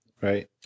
Right